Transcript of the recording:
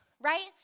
right